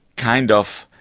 kind of,